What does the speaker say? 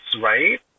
right